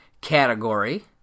category